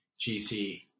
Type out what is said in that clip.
GC